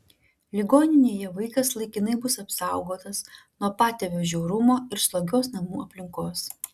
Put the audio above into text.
ligoninėje vaikas laikinai bus apsaugotas nuo patėvio žiaurumo ir slogios namų aplinkos